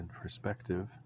perspective